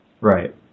Right